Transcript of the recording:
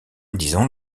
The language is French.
disons